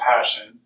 passion